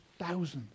thousands